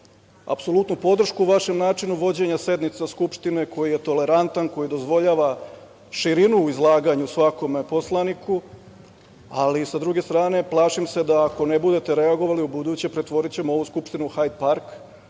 apsolutnu podršku vašem načinu vođenja sednica Skupštine koji je tolerantan, koji dozvoljava širinu u izlaganju svakom poslaniku, ali sa druge strane, plašim se da ako ne budete reagovali ubuduće pretvorićemo ovu Skupštinu u "Hajd park"